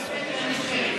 הכנסת טיבי וחנין, תודה.